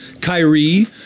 Kyrie